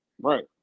Right